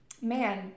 man